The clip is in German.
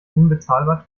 unbezahlbar